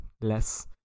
less